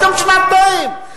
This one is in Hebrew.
אתם שנתיים.